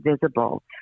visible